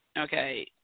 okay